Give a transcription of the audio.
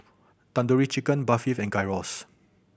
Tandoori Chicken Barfi and Gyros